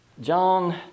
John